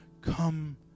come